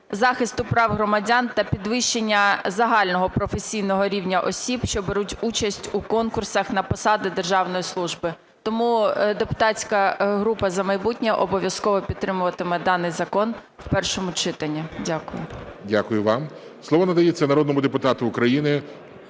захисту прав громадян та підвищення загального професійного рівня осіб, що беруть участь у конкурсах на посади державної служби. Тому депутатська група "За майбутнє" обов'язково підтримуватиме даний закон у першому читанні. Дякую. ГОЛОВУЮЧИЙ. Дякую вам. Слово надається народному депутату України